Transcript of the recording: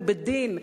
ובדין,